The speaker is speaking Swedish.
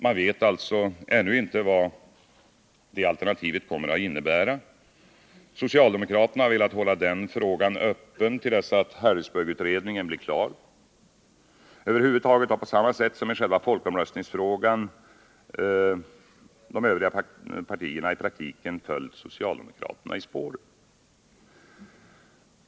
Man vet alltså ännu inte vad det alternativet kommer att innebära. Socialdemokraterna har velat hålla den frågan öppen till dess att Harrisburgutredningen blir klar. Övriga partier har på samma sätt som i själva folkomröstningsfrågan i praktiken följt socialdemokraterna i spåren.